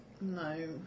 No